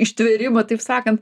ištvėrimą taip sakan